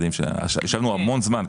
ישבנו המון זמן.